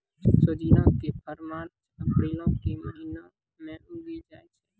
सोजिना के फर मार्च अप्रीलो के महिना मे उगि जाय छै